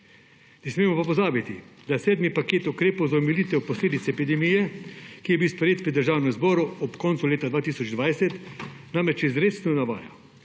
smemo pa pozabiti, da sedmi paket ukrepov za omilitev posledic epidemije, ki je bil sprejet pri Državnem zboru ob koncu leta 2020, namreč izrecno navaja,